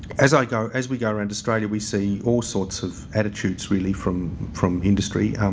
as i go as we go around australia we see all sorts of attitudes really from from industry.